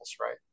right